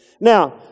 Now